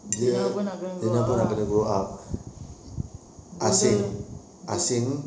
zina pun nak kena grow up ah dua dua dua